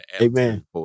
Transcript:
Amen